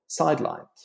sidelined